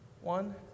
one